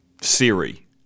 siri